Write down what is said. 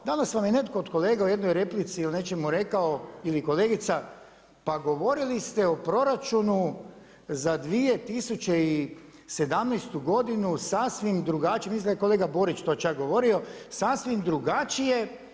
Danas vam je netko od kolega u jednoj replici ili nečemu rekao ili kolegica, pa govorili ste o proračunu za 2017. g. sasvim drugačije, mislim da je kolega Borić to čak govorio, sasvim drugačije.